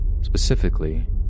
specifically